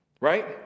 Right